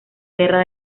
guerra